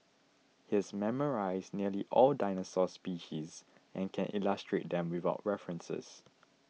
he's memorised nearly all dinosaur species and can illustrate them without references